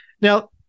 Now